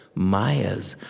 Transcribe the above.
mayas,